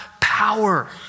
power